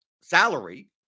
salary